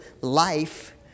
life